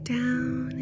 down